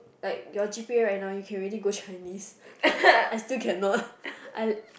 like your g_p_a right now you can already go Chinese I still cannot I